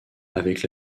avec